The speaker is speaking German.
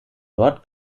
dort